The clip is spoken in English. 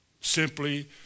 Simply